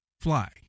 fly